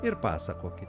ir pasakokite